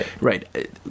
Right